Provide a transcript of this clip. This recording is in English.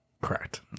Correct